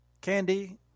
Candy